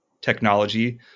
technology